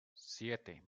siete